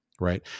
right